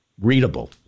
readable